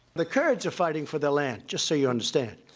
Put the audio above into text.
the kurds are fighting for their land, just so you understand,